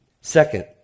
Second